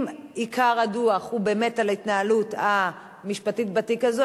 אם עיקר הדוח הוא באמת על ההתנהלות המשפטית בתיק הזה,